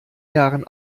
jahren